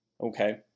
okay